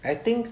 I think